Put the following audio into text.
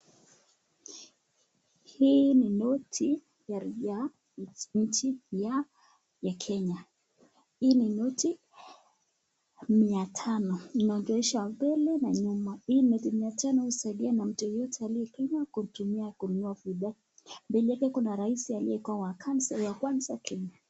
Hii ni noti ya Kenya, hii ni noti mia tano , inaonyesha mbele na nyuma hii ni, humsaidia mtu yeyote aliye Kenya kunua vitu ,mbele yake kuna Rais aliyekuwa wa kwanza Kenya.